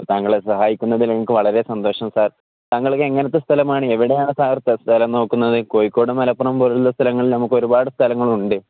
താങ്കളെ സഹായിക്കുന്നതില എനിക്ക് വളരെ സന്തോഷം സാർ താങ്കൾക്ക് എങ്ങനത്തെ സ്ഥലമാണ് എവിടെയാണ് സാർത്തെ സ്ഥലം നോക്കുന്നത് കോഴിക്കോട് മലപ്പുറം പോലുള്ള സ്ഥലങ്ങളിൽ നമുക്ക് ഒരുപാട് സ്ഥലങ്ങളുണ്ട്